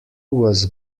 was